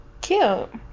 Cute